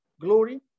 glory